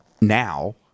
now